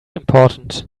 important